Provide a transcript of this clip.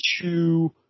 two